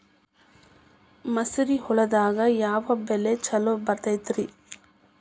ಮಸಾರಿ ಹೊಲದಾಗ ಯಾವ ಬೆಳಿ ಛಲೋ ಬರತೈತ್ರೇ?